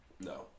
no